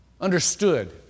understood